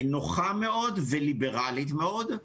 נוחה מאוד וליברלית מאוד.